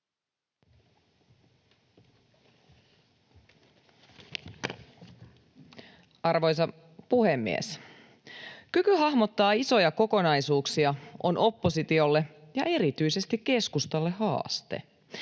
Arvoisa puhemies! Kyky hahmottaa isoja kokonaisuuksia on oppositiolle ja erityisesti keskustalle haaste.